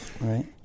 Right